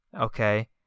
okay